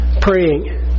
praying